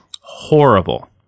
Horrible